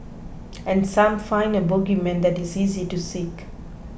and some find a bogeyman that is easy to seek